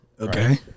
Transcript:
Okay